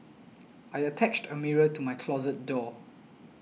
I attached a mirror to my closet door